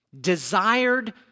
desired